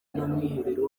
n’umwiherero